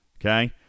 Okay